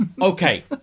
Okay